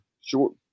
short